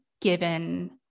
given